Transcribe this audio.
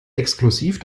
exklusiv